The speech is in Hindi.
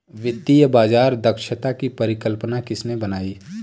वित्तीय बाजार दक्षता की परिकल्पना किसने बनाई?